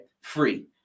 free